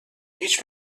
هیچ